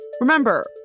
Remember